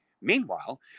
Meanwhile